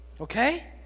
okay